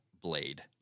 blade